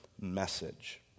message